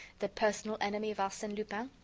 the personal enemy of arsene lupin?